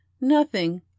Nothing